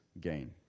gain